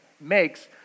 makes